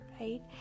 right